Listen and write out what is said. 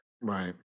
Right